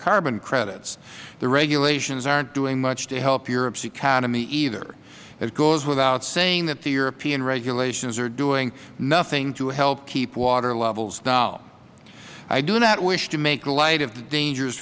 carbon credits the regulations aren't doing much to help europe's economy either it goes without saying that the european regulations are doing nothing to help keep water levels down i do not wish to make light of the dangers